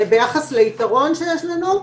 ביחס ליתרון שיש לנו,